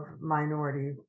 minority